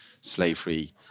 slavery